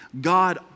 God